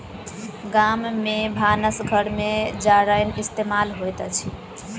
गाम में भानस घर में जारैन इस्तेमाल होइत अछि